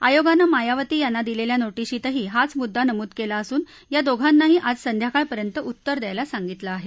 आयोगानं मायावती यांना दिलेल्या नोटिशीतही हाच मुद्दा नमूद केला असून या दोघांनाही आज संध्याकाळपर्यंत उत्तर द्यायला सांगितलं आहे